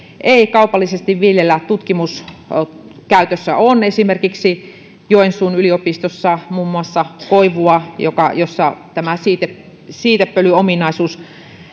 ei kaupallisesti viljellä tutkimuskäytössä on esimerkiksi joensuun yliopistossa muun muassa koivua jossa siitepölyominaisuus